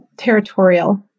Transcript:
Territorial